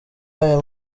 aya